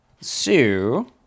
Sue